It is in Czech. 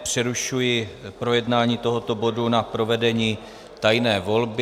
Přerušuji projednání tohoto bodu na provedení tajné volby.